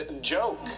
joke